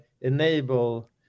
enable